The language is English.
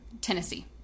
Tennessee